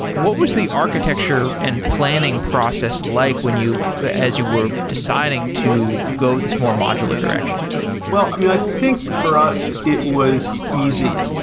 what was the architecture and planning process like when you as you were deciding to go this more modular direction? well, i mean, i think for us it was easy,